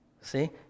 see